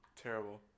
terrible